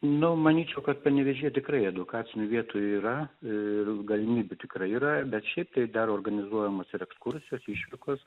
nu manyčiau kad panevėžyje tikrai edukacinių vietų yra ir galimybių tikrai yra bet šiaip tai dar organizuojamos ir ekskursijos išvykos